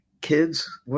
kids